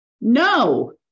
no